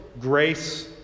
grace